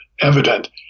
evident